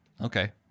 Okay